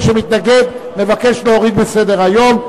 מי שמתנגד מבקש להוריד מסדר-היום.